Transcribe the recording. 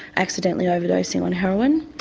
accidentally overdosing, on heroin.